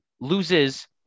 loses